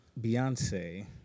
Beyonce